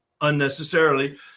unnecessarily